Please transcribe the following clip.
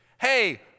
hey